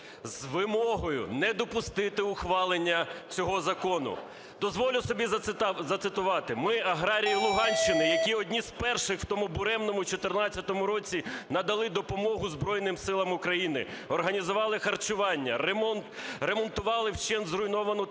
з вимогою не допустити ухвалення цього закону. Дозволю собі зацитувати: "Ми, аграрії Луганщини, які одні з перших в тому буремному 14-му році надали допомогу Збройним Силам України, організували харчування, ремонтували вщент зруйновану техніку,